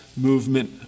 movement